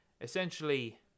essentially